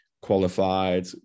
qualified